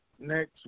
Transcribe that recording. next